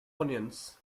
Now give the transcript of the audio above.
onions